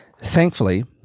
Thankfully